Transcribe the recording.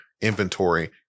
inventory